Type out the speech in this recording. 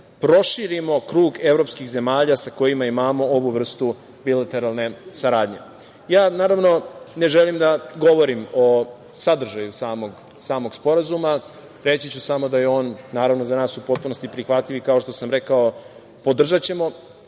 proširimo krug evropskih zemalja sa kojima imamo ovu vrstu bilateralne saradnje. Naravno, ja ne želim da govorim o sadržaju samog Sporazuma. Reći ću samo da je on, naravno, za nas u potpunosti prihvatljiv i, kao što sam rekao, podržaćemo